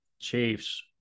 Chiefs